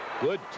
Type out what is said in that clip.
Good